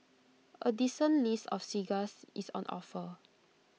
A decent list of cigars is on offer